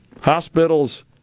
hospitals